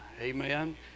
Amen